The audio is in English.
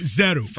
zero